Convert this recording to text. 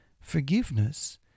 forgiveness